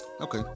okay